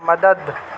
مدد